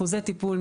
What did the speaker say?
אחוזי טיפול,